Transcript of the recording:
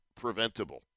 preventable